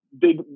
big